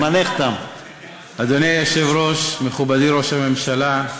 אדוני היושב-ראש, מכובדי ראש הממשלה,